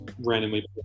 randomly